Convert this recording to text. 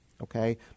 Okay